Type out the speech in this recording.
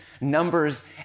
Numbers